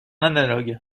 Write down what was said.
analogue